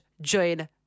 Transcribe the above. join